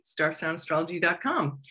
starsoundastrology.com